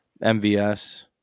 MVS